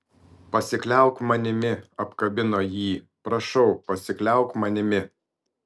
pasikliauk manimi apkabino jį prašau pasikliauk manimi